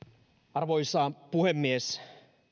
arvoisa puhemies